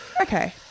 Okay